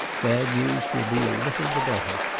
bad news will be a little the better.